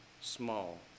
small